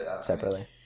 separately